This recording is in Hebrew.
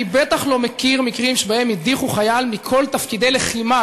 אני בטח לא מכיר מקרים שהדיחו חייל מכל תפקידי לחימה,